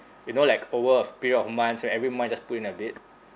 you know like over a period of months where every month you just put in a bit